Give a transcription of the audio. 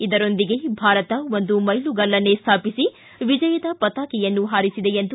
ಇದರೊಂದಿಗೆ ಭಾರತ ಒಂದು ಮೈಲುಗಲ್ಲನ್ನೆ ಸ್ಥಾಪಿಸಿ ವಿಜಯದ ಪತಾಕೆಯನ್ನು ಹಾರಿಸಿದೆ ಎಂದು ಹೇಳಿದರು